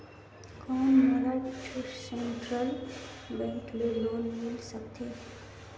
कौन मोला central bank ले लोन मिल सकथे?